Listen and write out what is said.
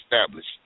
established